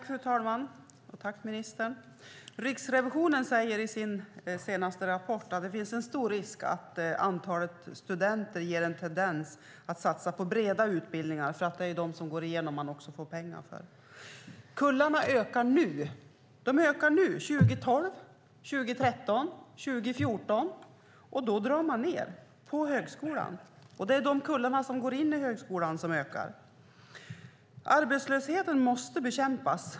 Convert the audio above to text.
Fru talman! Riksrevisionen säger i sin senaste rapport att det finns en stor risk att antalet studenter tenderar att leda till att man satsar på breda utbildningar. Det är de som går igenom som man också får pengar för. Kullarna ökar nu - 2012, 2013 och 2014 - och då drar man ned på högskolan. Det är de kullar som går in i högskolan som ökar. Arbetslösheten måste bekämpas.